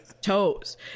toes